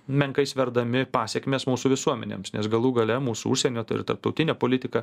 menkai sverdami pasekmes mūsų visuomenėms nes galų gale mūsų užsienio ir tarptautinė politika